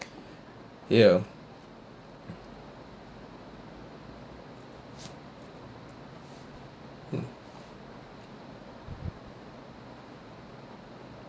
ya hmm